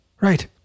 Right